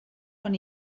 von